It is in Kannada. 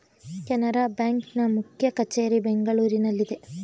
ಕೆನರಾ ಬ್ಯಾಂಕ್ ನ ಮುಖ್ಯ ಕಚೇರಿ ಬೆಂಗಳೂರಿನಲ್ಲಿದೆ